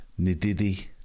Nididi